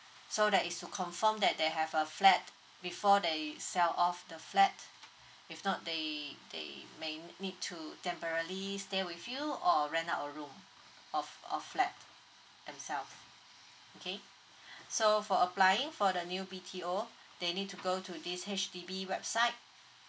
so that is to confirm that they have a flat before they sell off the flat if not they they may need to temporally stay with you or rent out a room or or flat themselves okay so for applying for the new B_T_O they need to go to this H_D_B website